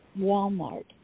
Walmart